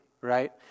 right